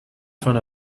front